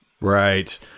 right